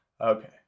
Okay